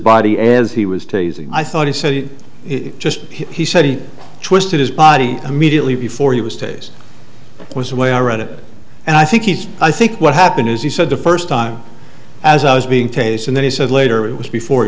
body as he was teasing i thought he said just he said he twisted his body immediately before he was tase was the way i read it and i think he i think what happened is he said the first time as i was being tasered then he said later it was before he